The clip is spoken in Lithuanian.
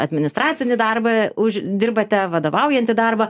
administracinį darbą už dirbate vadovaujantį darbą